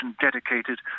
dedicated